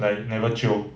like never jio